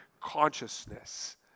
consciousness